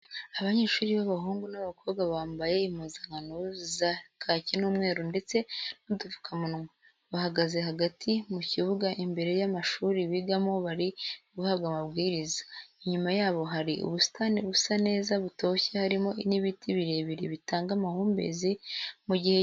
Abanyeshuri b'abahungu n'abakobwa bambaye impuzankano za kaki n'umweru ndetse n'udupfukamunwa, bahagaze hagati mu kibuga imbere y'amashuri bigamo bari guhabwa amabwiriza, inyuma yabo hari ubusitani busa neza butoshye harimo n'ibiti birebire bitanga amahumbezi mu gihe cy'izuba ndetse n'umwuka mwiza.